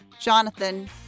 Jonathan